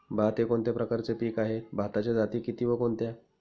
भात हे कोणत्या प्रकारचे पीक आहे? भाताच्या जाती किती व कोणत्या?